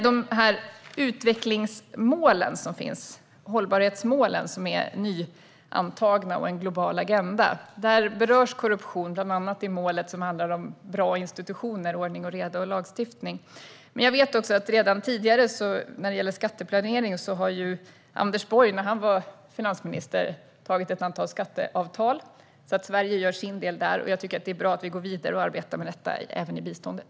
I de nyantagna hållbarhetsmålen och en global agenda berörs korruption, bland annat i målet som handlar om bra institutioner, ordning och reda och lagstiftning. Vad gäller skatteplanering vet jag att Anders Borg, när han var finansminister, slöt ett antal skatteavtal, så Sverige gör sin del där. Jag tycker att det är bra att vi går vidare och arbetar med detta även i biståndet.